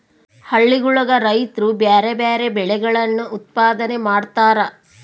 ಹಳ್ಳಿಗುಳಗ ರೈತ್ರು ಬ್ಯಾರೆ ಬ್ಯಾರೆ ಬೆಳೆಗಳನ್ನು ಉತ್ಪಾದನೆ ಮಾಡತಾರ